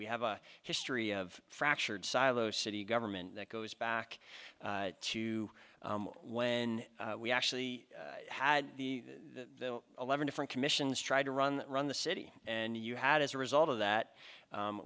we have a history of fractured silos city government that goes back to when we actually had the eleven different commissions tried to run run the city and you had as a result of that